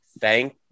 thank